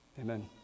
Amen